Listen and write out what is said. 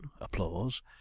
applause